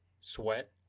sweat